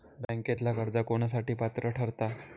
बँकेतला कर्ज कोणासाठी पात्र ठरता?